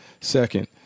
second